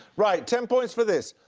right, ten points for this.